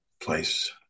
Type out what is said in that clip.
place